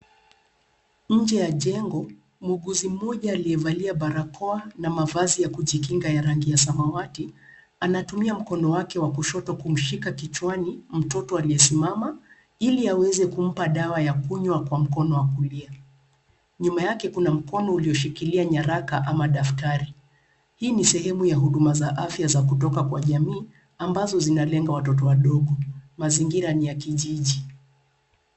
Nje ya jengo, muuguzi mmoja aliyevalia barakoa na mavazi ya kujikinga ya rangi ya samawati anatumia mkono wake wa kushoto kumshika kichwani mtoto aliyesimama ili aweze kumpa dawa ya kukunywa kwa mkono wa kulia. Nyuma yake kuna mkono ulioshikilia nyaraka ama daftari. Hii ni sehemu ya huduma za afya za kutoka kwa jamii ambazo zinalenga watoto wadogo. Mazingira ni ya kijiji.